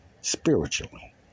Spiritually